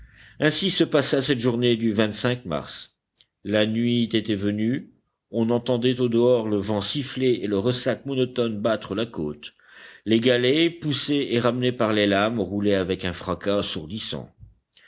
ainsi se passa cette journée du mars la nuit était venue on entendait au dehors le vent siffler et le ressac monotone battre la côte les galets poussés et ramenés par les lames roulaient avec un fracas assourdissant